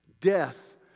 Death